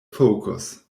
focus